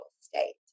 state